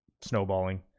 snowballing